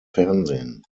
fernsehen